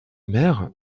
mère